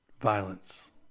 violence